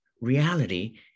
reality